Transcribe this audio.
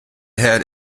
had